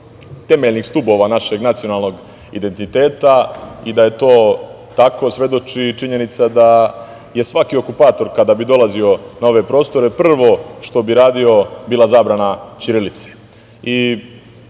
temeljnih stubova našeg nacionalnog identiteta i da je to tako svedoči i činjenica da je svaki okupator, kada bi dolazio na ove prostore, prvo što bi radio bila zabrana ćirilice.